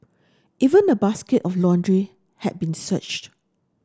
even a basket of laundry had been searched